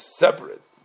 separate